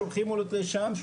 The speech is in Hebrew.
שולחים אותו לשם,